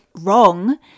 wrong